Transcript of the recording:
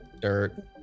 dirt